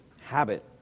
habit